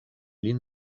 lin